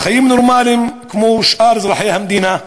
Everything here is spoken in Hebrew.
לחיים נורמליים כמו שאר אזרחי המדינה.